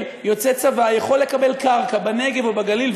יוצא צבא יכול לקבל קרקע בנגב או בגליל,